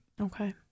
Okay